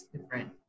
different